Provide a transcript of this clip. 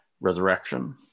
resurrection